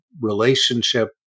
relationship